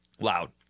loud